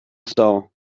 stau